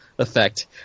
Effect